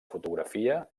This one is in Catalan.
fotografia